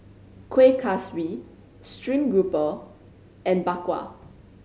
Kueh Kaswi stream grouper and Bak Kwa